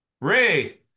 Ray